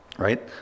Right